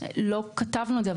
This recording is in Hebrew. לא כתבנו את זה,